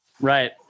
Right